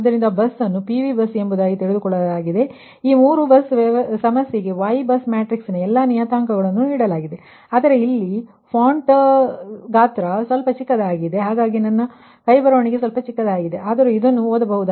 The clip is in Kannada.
ಆದ್ದರಿಂದ ಈ ಬಸ್ಅನ್ನು PV ಬಸ್ ಎಂಬುದಾಗಿ ತೆಗೆದುಕೊಳ್ಳಲಾಗಿದೆ ಮತ್ತು ಈ 3 ಬಸ್ ಸಮಸ್ಯೆಗೆ Y ಬಸ್ ಮ್ಯಾಟ್ರಿಕ್ಸ್ ನ ಎಲ್ಲಾ ನಿಯತಾಂಕಗಳನ್ನು ನೀಡಲಾಗಿದೆ ಆದರೆ ಇಲ್ಲಿ ಫಾಂಟ್ ಗಾತ್ರ ಸ್ವಲ್ಪ ಚಿಕ್ಕದಾಗಿದೆ ಹಾಗಾಗಿ ನನ್ನ ಕೈ ಬರವಣಿಗೆ ಸ್ವಲ್ಪ ಚಿಕ್ಕದಾಗಿದೆಆದರೂ ಅದನ್ನು ಓದಬಹುದಾಗಿದೆ